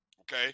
Okay